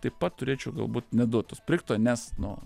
taip pat turėčiau galbūt neduot to sprigto nes no